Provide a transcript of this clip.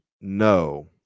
No